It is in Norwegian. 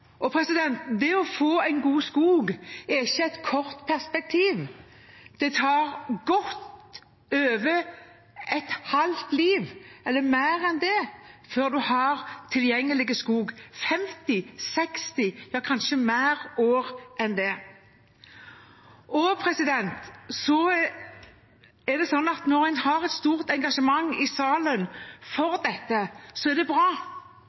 det å få en god skog har ikke et kort perspektiv. Det tar godt over et halvt liv, eller mer enn det, før en har tilgjengelig skog, 50, 60, ja kanskje flere år enn det. At det er et stort engasjement i salen for dette, er bra.